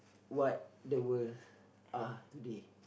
what the world are today